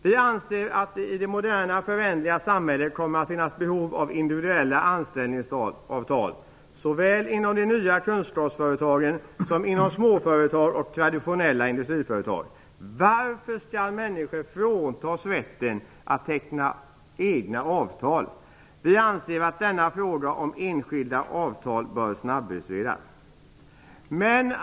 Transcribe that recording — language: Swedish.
Vi anser att det i det moderna föränderliga samhället kommer att finnas behov av individuella anställningsavtal, såväl inom de nya kunskapsföretagen som inom småföretag och traditionella industriföretag. Varför skall människor fråntas rätten att teckna egna avtal? Vi anser att denna fråga om enskilda avtal bör snabbutredas.